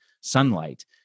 sunlight